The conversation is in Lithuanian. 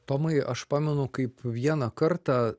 tomai aš pamenu kaip vieną kartą